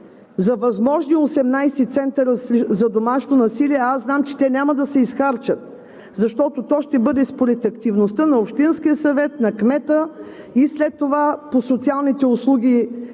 за възможни 18 центъра за домашно насилие, а аз знам, че те няма да се изхарчат. Защото то ще бъде според активността на общинския съвет, на кмета и след това по социалните услуги,